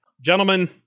gentlemen